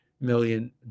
million